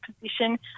position